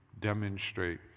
demonstrate